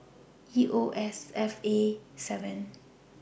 EOSFA seven